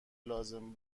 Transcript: لازم